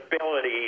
ability